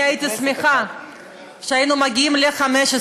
אני הייתי שמחה שהיינו מגיעים ל-15